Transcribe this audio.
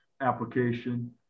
application